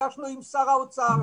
נפגשנו עם שר האוצר,